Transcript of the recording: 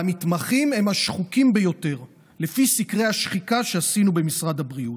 והמתמחים הם השחוקים ביותר לפי סקרי השחיקה שעשינו במשרד הבריאות.